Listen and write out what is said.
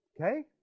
Okay